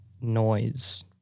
noise